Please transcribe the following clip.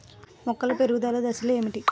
మొక్కల పెరుగుదల దశలు ఏమిటి?